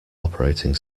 operating